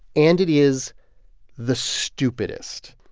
and it is the stupidest.